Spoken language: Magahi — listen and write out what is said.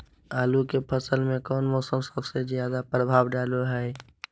आलू के फसल में कौन मौसम सबसे ज्यादा प्रभाव डालो हय?